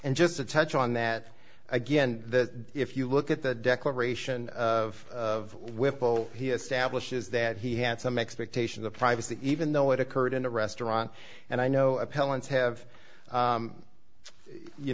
and just to touch on that again that if you look at the declaration of of whipple he establishes that he had some expectation of privacy even though it occurred in a restaurant and i know appellants have